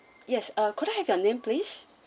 yes uh could I have your name please